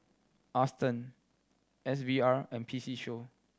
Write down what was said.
Aston S V R and P C Show